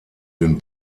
den